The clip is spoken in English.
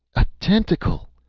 a tentacle!